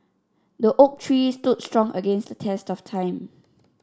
the oak tree stood strong against the test of time